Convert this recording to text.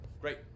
Great